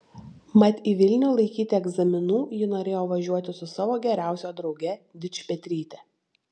mat į vilnių laikyti egzaminų ji norėjo važiuoti su savo geriausia drauge dičpetryte